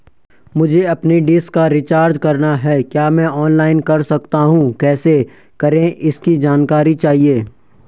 मुझे अपनी डिश का रिचार्ज करना है क्या मैं ऑनलाइन कर सकता हूँ कैसे करें इसकी जानकारी चाहिए?